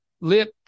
lip